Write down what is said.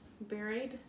buried